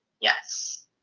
yes